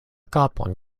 kapon